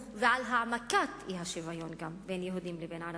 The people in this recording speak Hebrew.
וגם על העמקת האי-שוויון בין יהודים ובין ערבים.